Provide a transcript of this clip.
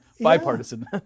bipartisan